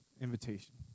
invitation